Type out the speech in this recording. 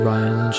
Ryan